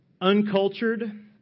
uncultured